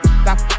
stop